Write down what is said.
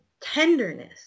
tenderness